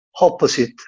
opposite